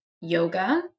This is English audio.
yoga